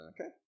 Okay